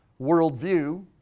worldview